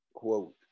Quote